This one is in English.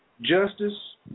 Justice